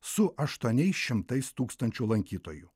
su aštuoniais šimtais tūkstančių lankytojų